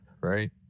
right